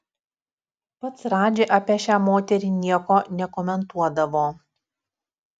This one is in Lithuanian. pats radži apie šią moterį nieko nekomentuodavo